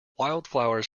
wildflowers